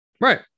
Right